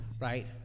right